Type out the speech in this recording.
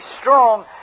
strong